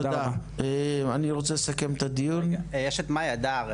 יש את מאי הדר,